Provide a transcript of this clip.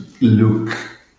look